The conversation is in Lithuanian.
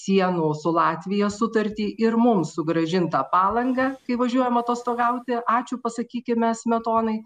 sienų su latvija sutartį ir mums sugrąžintą palangą kai važiuojam atostogauti ačiū pasakykime smetonai